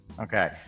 Okay